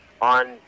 on